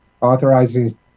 authorizing